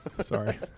Sorry